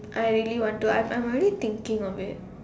I really want to I'm I'm already thinking of it